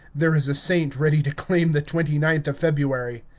there is a saint ready to claim the twenty ninth of february.